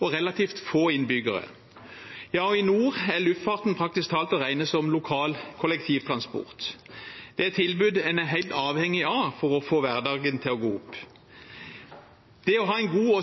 og